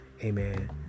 amen